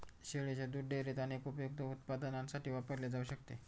शेळीच्या दुध डेअरीत अनेक उपयुक्त उत्पादनांसाठी वापरले जाऊ शकते